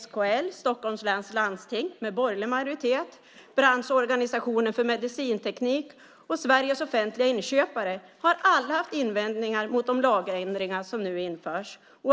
SKL, Stockholms läns landsting med borgerlig majoritet, branschorganisationen för medicinteknik och Sveriges offentliga inköpare har alla haft invändningar mot de lagändringar som nu införs.